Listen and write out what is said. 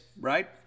right